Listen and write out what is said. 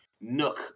nook